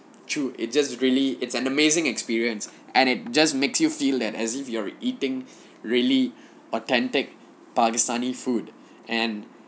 true it just really it's an amazing experience and it just makes you feel as if you are eating really authentic pakistani food and